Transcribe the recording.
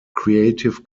creative